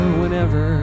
whenever